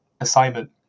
assignment